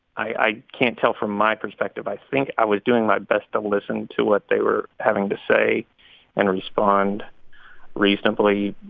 i i can't tell from my perspective. i think i was doing my best to listen to what they were having to say and respond reasonably,